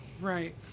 Right